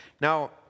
Now